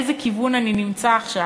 באיזה כיוון אני נמצא עכשיו.